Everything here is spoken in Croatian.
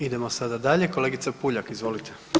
Idemo sada dalje, kolegica Puljak, izvolite.